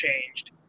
changed